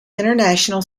international